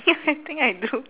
think I do